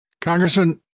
Congressman